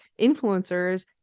influencers